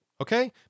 okay